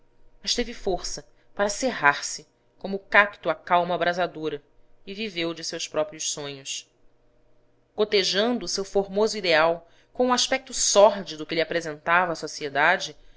mas teve força para cerrar se como o cacto à calma abrasadora e viveu de seus próprios sonhos cotejando o seu formoso ideal com o aspecto sórdido que lhe apresentava a sociedade